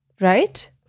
Right